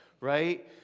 right